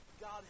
God